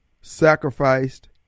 Sacrificed